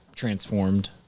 transformed